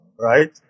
right